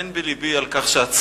אין בלבי על כך שעצרו,